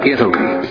Italy